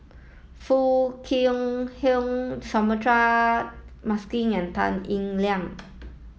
Foo Kwee Horng Suratman Markasan and Tan Eng Liang